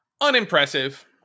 Unimpressive